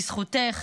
בזכותך